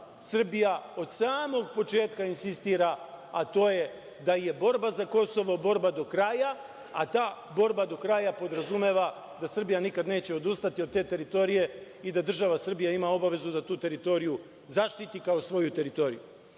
Srbija od samog početka insistira, a to je da je borba za Kosovo borba do kraja, a ta borba do kraja podrazumeva da Srbija nikada neće odustati od te teritorije i da država Srbija ima obavezu da tu teritoriju zaštiti kao svoju teritoriju. Ono